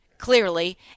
Clearly